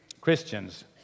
Christians